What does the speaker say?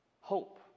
hope